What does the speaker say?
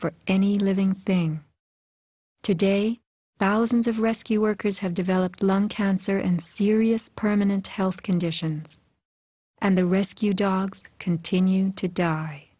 for any living thing today thousands of rescue workers have developed lung cancer and serious permanent health conditions and the rescue dogs continue to die